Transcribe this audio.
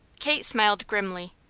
kate smiled grimly.